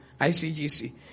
ICGC